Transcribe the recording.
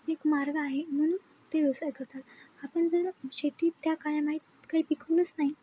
एक मार्ग आहे म्हणून ते व्यवसाय करतात आपण जर शेती त्या काळ माहीत काही पिकवूनच नाही